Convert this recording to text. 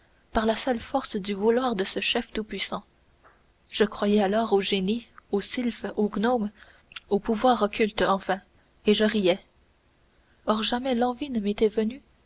par la seule force du vouloir de ce chef tout-puissant je croyais alors aux génies aux sylphes aux gnomes aux pouvoirs occultes enfin et je riais or jamais l'envie ne m'était venue